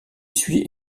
suit